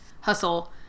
hustle